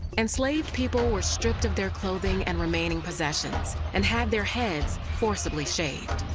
enslaved people were stripped of their clothing and remaining possessions, and had their heads forcibly shaved.